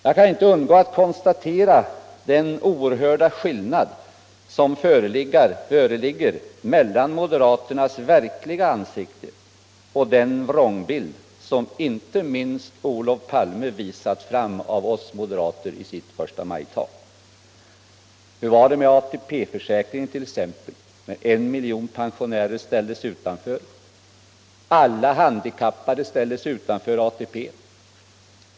Jag kan inte undgå att konstatera den oerhörda skillnad som föreligger mellan moderaternas verkliga ansikte och den vrångbild av oss som inte minst Olof Palme visat fram i sitt förstamajtal. Hur var det med ATP-försäkringen t.ex., när en miljon pensionärer ställdes utanför? Alla handikappade ställdes utanför ATP.